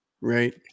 right